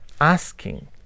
asking